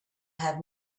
have